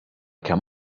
kemm